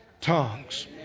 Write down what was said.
tongues